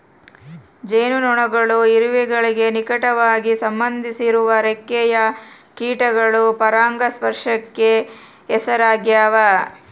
ಜೇನುನೊಣಗಳು ಇರುವೆಗಳಿಗೆ ನಿಕಟವಾಗಿ ಸಂಬಂಧಿಸಿರುವ ರೆಕ್ಕೆಯ ಕೀಟಗಳು ಪರಾಗಸ್ಪರ್ಶಕ್ಕೆ ಹೆಸರಾಗ್ಯಾವ